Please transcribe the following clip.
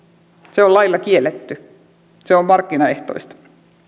se on lailla kielletty se on markkinaehtoista